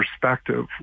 perspective